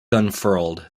unfurled